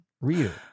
reader